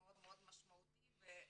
דבר מאוד משמעותי וחשוב.